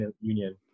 union